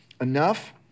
Enough